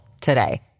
today